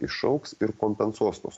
išaugs ir kompensuos tuos